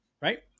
Right